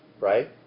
right